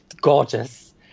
gorgeous